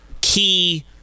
key